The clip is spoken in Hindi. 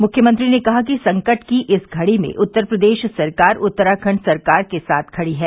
मुख्यमंत्री ने कहा कि संकट की इस घड़ी में उत्तर प्रदेश सरकार उत्तराखंड सरकार के साथ खड़ी है